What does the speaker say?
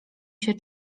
się